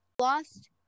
lost